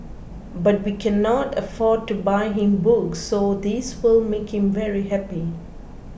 but we cannot afford to buy him books so this will make him very happy